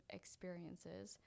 experiences